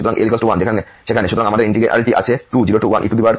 সুতরাং l 1 সেখানে সুতরাং আমাদের ইন্টিগ্র্যালটি আছে 201exsin nπx dx এবং l 1 আবার